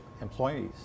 employees